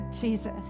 Jesus